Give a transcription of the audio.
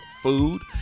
food